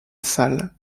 salle